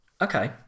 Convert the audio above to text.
Okay